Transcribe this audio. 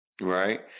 right